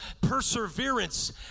perseverance